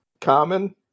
common